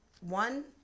one